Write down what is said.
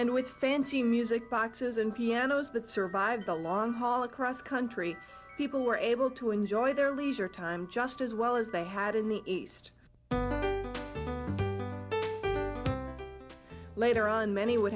and with fancy music boxes and pianos that survived the long haul across country people were able to enjoy their leisure time just as well as they had in the east later on many would